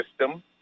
system